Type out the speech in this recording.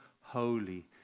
holy